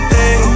day